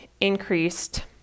increased